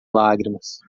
lágrimas